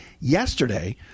Yesterday